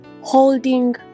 holding